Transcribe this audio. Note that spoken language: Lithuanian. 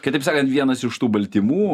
kitaip sakant vienas iš tų baltymų